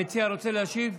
המציע רוצה להשיב?